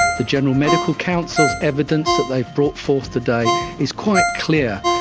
the general medical council's evidence that they've brought forth today is quite clear.